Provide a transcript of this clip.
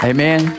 Amen